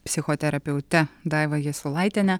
psichoterapeute daiva jasiulaitiene